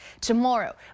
tomorrow